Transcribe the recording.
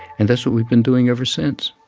and that's what we've been doing ever since